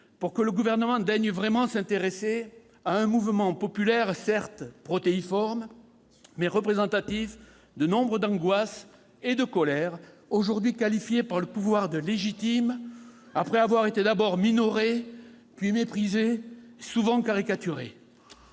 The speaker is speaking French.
pour que le Gouvernement daigne vraiment s'intéresser à un mouvement populaire, certes protéiforme, mais représentatif de nombre d'angoisses et de colères aujourd'hui qualifiées par le pouvoir de « légitimes », après avoir été d'abord minorées, puis méprisées et souvent caricaturées.